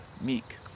meek